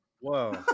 Whoa